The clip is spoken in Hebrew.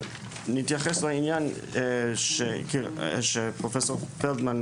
נתייחס לעניין שציין פרופ' פלדמן,